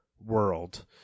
world